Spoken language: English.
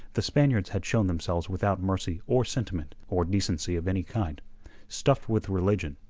the spaniards had shown themselves without mercy or sentiment or decency of any kind stuffed with religion,